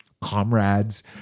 comrades